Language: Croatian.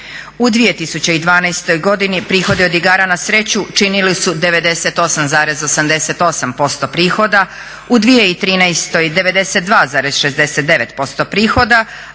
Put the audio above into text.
U 2012.godini prihodi od igara na sreću činili su 98,88% prihoda, u 2013. 92,69% prihoda